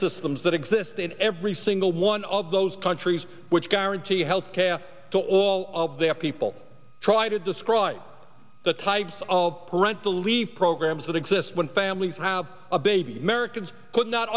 systems that exist in ever every single one of those countries which guarantee health care to all of their people try to describe the types of parental leave programs that exist when families have a baby americans could not